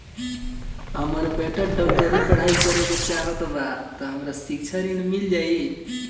हमर बेटा डाक्टरी के पढ़ाई करेके चाहत बा त हमरा शिक्षा ऋण मिल जाई?